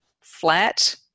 flat